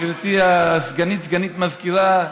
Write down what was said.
גברתי סגנית המזכירה,